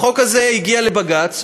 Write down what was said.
החוק הזה הגיע לבג"ץ,